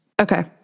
Okay